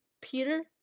Peter